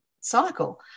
cycle